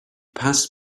passed